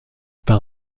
par